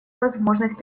возможность